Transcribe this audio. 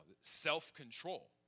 self-control